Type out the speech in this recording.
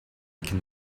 can